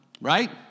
right